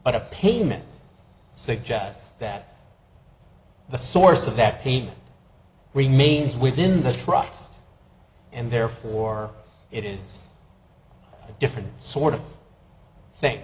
but a payment suggests that the source of that pain remains within the trust and therefore it is a different sort of thing